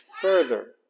further